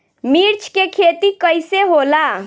मिर्च के खेती कईसे होला?